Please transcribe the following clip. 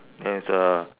there is a